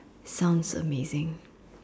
sounds amazing